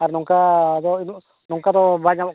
ᱟᱨ ᱱᱚᱝᱠᱟ ᱫᱚ ᱩᱱᱟᱹᱜ ᱱᱚᱝᱠᱟ ᱫᱚ ᱵᱟᱭ ᱧᱟᱢᱚᱜ ᱠᱟᱱᱟ